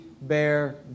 bear